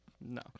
No